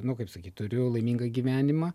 nu kaip sakyt turiu laimingą gyvenimą